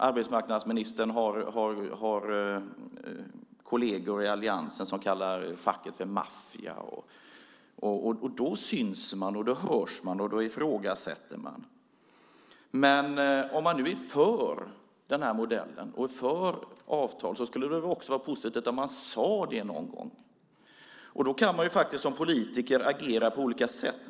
Arbetsmarknadsministern har kolleger i alliansen som kallar facket för maffia. Då syns man, då hörs man och då ifrågasätter man. Men om man nu är för den här modellen, och för avtal, skulle det väl också vara positivt om man sade det någon gång. Då kan man ju faktiskt som politiker agera på olika sätt.